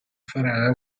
farà